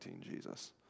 Jesus